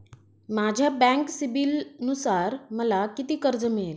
माझ्या बँक सिबिलनुसार मला किती कर्ज मिळेल?